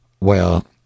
Well